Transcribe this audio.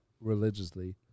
religiously